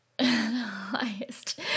highest